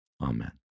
amen